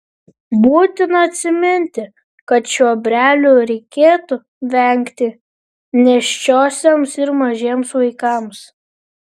būtina atsiminti kad čiobrelių reikėtų vengti nėščiosioms ir mažiems vaikams